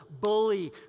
bully